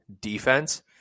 defense